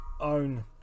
own